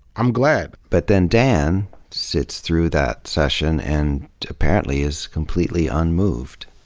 i'm glad. but then dan sits through that session and apparently is completely unmoved.